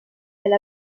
elle